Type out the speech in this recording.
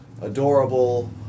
adorable